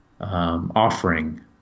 offering